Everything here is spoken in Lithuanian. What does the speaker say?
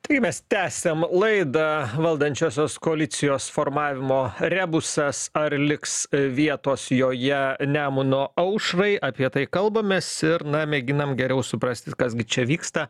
tai mes tęsiam laidą valdančiosios koalicijos formavimo rebusas ar liks vietos joje nemuno aušrai apie tai kalbamės ir na mėginam geriau suprasti kas gi čia vyksta